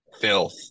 filth